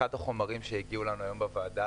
אחד החומרים שהגיעו אלינו היום לוועדה